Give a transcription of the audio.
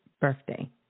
birthday